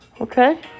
okay